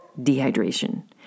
dehydration